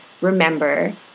remember